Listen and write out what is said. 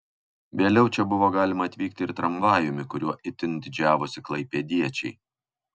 vėliau čia buvo galima atvykti ir tramvajumi kuriuo itin didžiavosi klaipėdiečiai